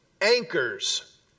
anchors